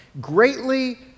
greatly